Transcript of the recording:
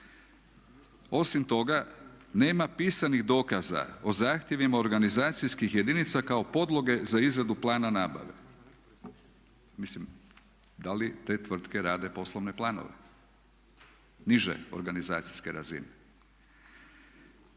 Osim toga, nema pisanih dokaza o zahtjevima organizacijskih jedinica kao podloge za izradu plana nabave. Mislim, da li te tvrtke rade poslovne planove niže organizacijske razine,